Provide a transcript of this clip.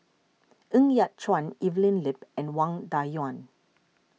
Ng Yat Chuan Evelyn Lip and Wang Dayuan